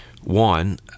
One